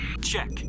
Check